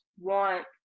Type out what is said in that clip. want